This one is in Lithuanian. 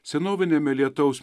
senoviniame lietaus